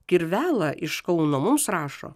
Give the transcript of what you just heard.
kirvela iš kauno mums rašo